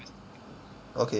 okay